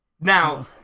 Now